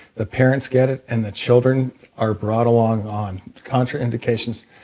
the parents get it and the children are brought along on contraindications,